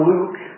Luke